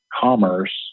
commerce